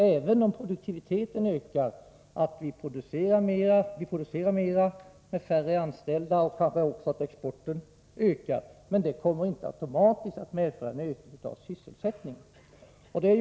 Även om produktiviteten ökar i den meningen att vi producerar mera med färre anställda, och även om kanske också exporten ökar, så kommer detta inte automatiskt att medföra en ökning av sysselsättningen.